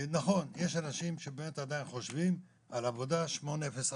נכון - יש אנשים שבאמת עדיין חושבים על עבודה 8-0-4,